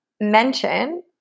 mention